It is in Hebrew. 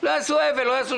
הם לא יתאבלו ולא יעבירו.